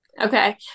Okay